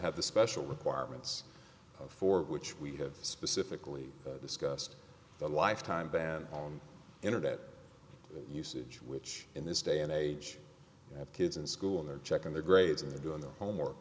have the special requirements for which we have specifically discussed the lifetime ban on internet usage which in this day and age have kids in school they're checking their grades and they're doing their homework